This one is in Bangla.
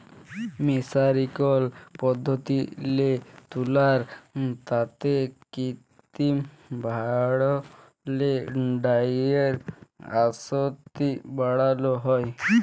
মের্সারিকরল পদ্ধতিল্লে তুলার তাঁতে কিত্তিম ভাঁয়রে ডাইয়ের আসক্তি বাড়ালো হ্যয়